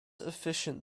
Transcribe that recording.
efficient